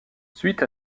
suite